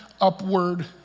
upward